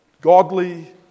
godly